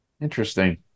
Interesting